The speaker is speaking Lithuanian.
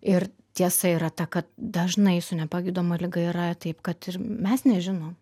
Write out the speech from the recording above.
ir tiesa yra ta kad dažnai su nepagydoma liga yra taip kad ir mes nežinom